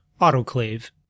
Autoclave